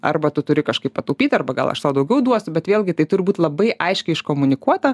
arba tu turi kažkaip pataupyt arba gal aš tau daugiau duosiu bet vėlgi tai tur būt labai aiškiai iškomunikuota